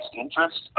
interest